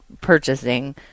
purchasing